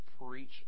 preach